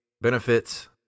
benefits